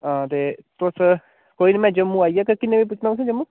हां ते तुस कोई निं में जम्मू आई जाह्गा किन्ने बजे पुज्जना तुसें जम्मू